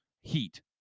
Heat